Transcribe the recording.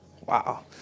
Wow